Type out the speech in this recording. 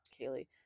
Kaylee